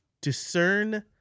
discern